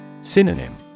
Synonym